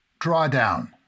drawdown